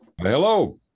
Hello